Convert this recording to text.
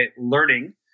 learning